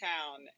town